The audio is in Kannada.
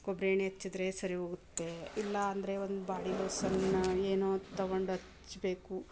ಕೊಬ್ಬರಿ ಎಣ್ಣೆ ಹಚ್ಚಿದ್ರೆ ಸರಿ ಹೋಗುತ್ತೆ ಇಲ್ಲಾಂದರೆ ಒಂದು ಬಾಡಿ ಲೋಸನ್ ಏನೋ ತೊಗೊಂಡು ಹಚ್ಬೇಕು